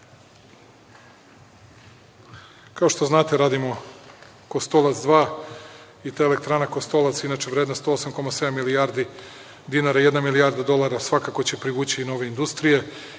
40%.Kao što znate, radimo Kostolac 2 i ta elektrana Kostolac je inače vredna 108,7 milijardi dinara i jedna milijarda dolara svakako će privući i nove industrije.